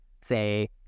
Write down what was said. say